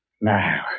Now